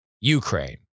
Ukraine